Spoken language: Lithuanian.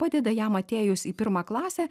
padeda jam atėjus į pirmą klasę